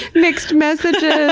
mixed messages!